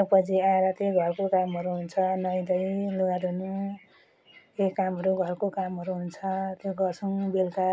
एक बजी आएर त्यही घरको कामहरू हुन्छ नुवाई धुवाई लुगा धुनु केही कामहरू घरको कामहरू हुन्छ त्यो गर्छौँ बेलुका